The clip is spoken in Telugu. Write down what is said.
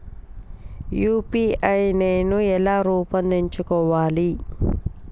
యూ.పీ.ఐ నేను ఎలా రూపొందించుకోవాలి?